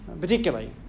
particularly